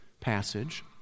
passage